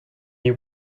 you